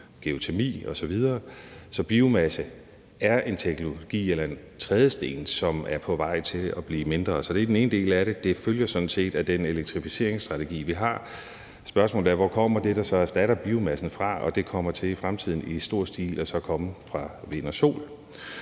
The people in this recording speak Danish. geotermi osv. Så biomasse er en teknologi eller en trædesten, som er på vej til at blive mindre anvendt. Det er den ene del. Det følger sådan set af den elektrificeringsstrategi, vi har. Spørgsmålet er, hvor det, der så skal erstatte biomassen, kommer fra, og det vil i fremtiden i stor stil komme fra vind og sol.